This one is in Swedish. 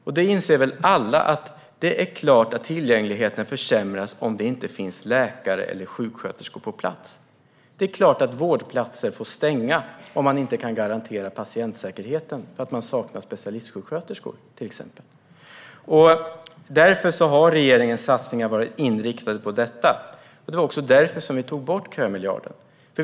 Alla inser väl att tillgängligheten försämras om det inte finns läkare eller sjuksköterskor på plats. Det är klart att vårdplatser får stänga om man inte kan garantera patientsäkerheten för att det till exempel saknas specialistsjuksköterskor. Därför har regeringens satsningar varit inriktade på detta. Det var också därför som vi tog bort kömiljarden.